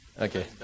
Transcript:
okay